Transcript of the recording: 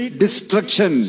destruction